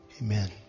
Amen